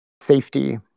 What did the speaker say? safety